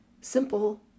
simple